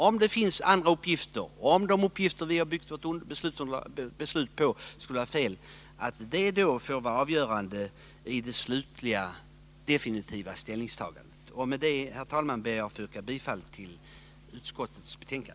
Om det visar sig att de uppgifter vi har byggt vårt beslut på skulle vara felaktiga kommer dessa nya uppgifter att få vara avgörande vid det slutliga, definitiva ställningstagandet. Med detta, herr talman, ber jag att få yrka bifall till utskottets hemställan.